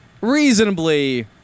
reasonably